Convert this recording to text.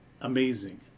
Amazing